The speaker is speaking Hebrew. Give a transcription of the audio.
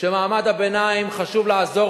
שחשוב לעזור